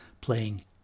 playing